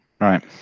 Right